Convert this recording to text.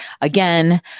Again